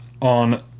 on